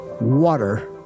Water